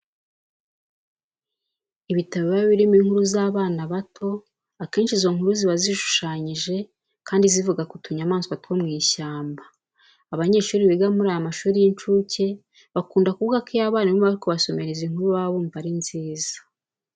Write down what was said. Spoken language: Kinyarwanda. Ibitabo biba birimo inkuru z'abana bato, akenshi izo nkuru ziba zishushanyije kandi zivuga ku tunyamaswa two mu ishyamba. Abanyeshuri biga muri aya mashuri y'incuke bakunda kuvuga ko iyo abarimu bari kubasomera izi nkuru baba bumva ari nziza.